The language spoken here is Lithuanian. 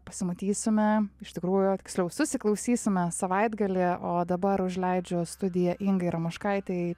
pasimatysime iš tikrųjų tiksliau susiklausysime savaitgaly o dabar užleidžia studiją ingai ramoškaitei